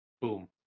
Boom